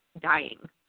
dying